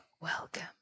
Welcome